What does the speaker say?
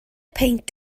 peint